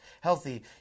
healthy